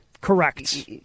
Correct